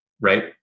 right